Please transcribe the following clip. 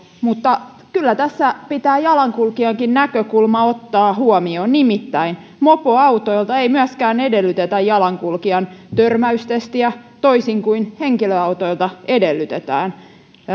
mutta kyllä tässä pitää jalankulkijankin näkökulma ottaa huomioon nimittäin mopoautolta ei myöskään edellytetä jalankulkijan törmäystestiä toisin kuin henkilöautoilta edellytetään